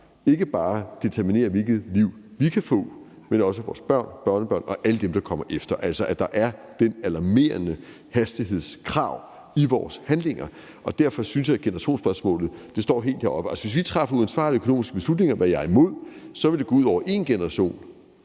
ikke bare determinerer, hvilket liv vi kan få, men også gør det for vores børn, børnebørn og alle dem, der kommer efter. Hastighedskravene til vores handlinger er altså alarmerende. Derfor synes jeg, at generationsspørgsmålet står meget højt. Hvis vi træffer uansvarlige økonomiske beslutninger, hvad jeg er imod, vil det gå ud over én generation,